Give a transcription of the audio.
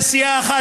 נסיעה אחת,